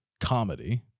Comedy